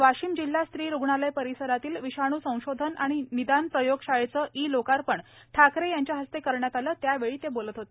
आज वाशिम जिल्हा स्त्री रुग्णालय परिसरातील विषाण् संशोधन आणि निदान प्रयोगशाळेचे ई लोकार्पण ठाकरे यांच्या हस्ते करण्यात आले यावेळी ते बोलत होते